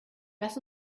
lass